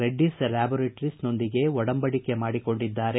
Reddy's laboratories ನೊಂದಿಗೆ ಒಡಂಬಡಿಕೆ ಮಾಡಿಕೊಂಡಿದ್ದಾರೆ